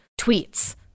tweets